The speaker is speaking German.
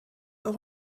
auch